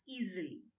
easily